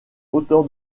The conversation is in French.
auteur